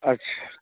अच्छा